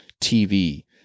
TV